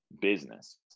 business